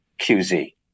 QZ